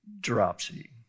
dropsy